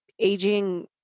aging